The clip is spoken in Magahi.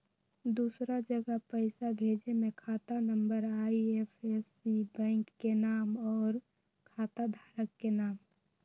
दूसरा जगह पईसा भेजे में खाता नं, आई.एफ.एस.सी, बैंक के नाम, और खाता धारक के नाम?